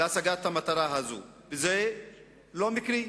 להשגת המטרה הזו, וזה לא מקרי.